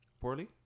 poorly